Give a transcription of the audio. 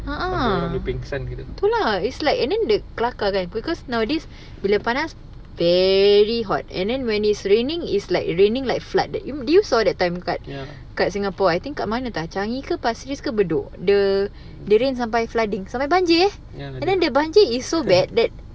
abeh orang boleh pengsan gitu ya